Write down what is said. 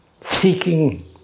seeking